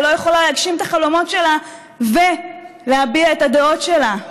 היא לא יכולה להגשים את החלומות שלה ולהביע את הדעות שלה.